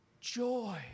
joy